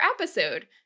episode